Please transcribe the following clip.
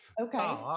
Okay